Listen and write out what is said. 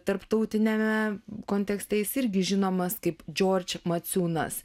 tarptautiniame kontekste jis irgi žinomas kaip džordž maciūnas